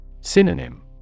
Synonym